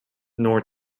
nor